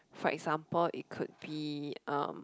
for example it could be um